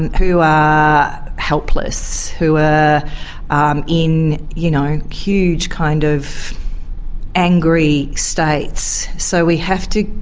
and who are helpless, who are um in, you know, huge kind of angry states. so we have to